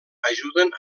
ajuden